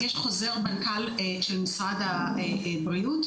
יש חוזר מנכ״ל במשרד הבריאות,